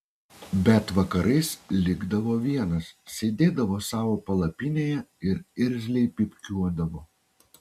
bet vakarais likdavo vienas sėdėdavo savo palapinėje ir irzliai pypkiuodavo